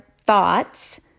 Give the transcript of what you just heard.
thoughts